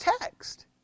text